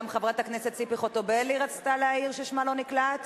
גם חברת הכנסת ציפי חוטובלי רצתה להעיר ששמה לא נקלט?